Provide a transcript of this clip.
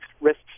risks